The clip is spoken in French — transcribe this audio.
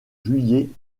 juillet